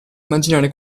immaginare